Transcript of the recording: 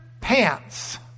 pants